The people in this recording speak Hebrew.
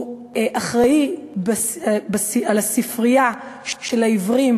הוא אחראי על הספרייה של העיוורים